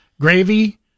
gravy